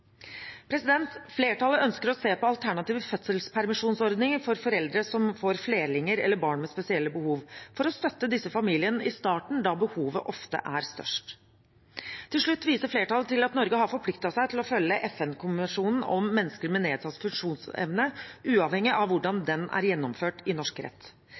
Flertallet ønsker å se på alternative fødselspermisjonsordninger for foreldre som får flerlinger eller barn med spesielle behov, for å støtte disse familiene i starten, da behovet ofte er størst. Til slutt viser flertallet til at Norge har forpliktet seg til å følge FN-konvensjonen om mennesker med nedsatt funksjonsevne, uavhengig av hvordan den er gjennomført i norsk rett.